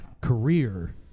career